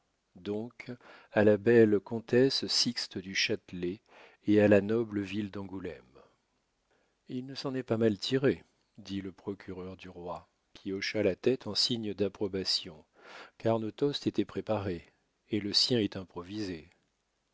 donc à la belle comtesse sixte du châtelet et à la noble ville d'angoulême il ne s'en est pas mal tiré dit le procureur du roi qui hocha la tête en signe d'approbation car nos toasts étaient préparés et le sien est improvisé